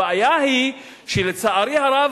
הבעיה היא שלצערי הרב,